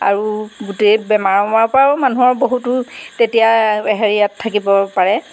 আৰু গোটেই বেমাৰ অমাৰৰ পৰাও মানুহৰ বহুতো তেতিয়া হেৰিয়াত থাকিব পাৰে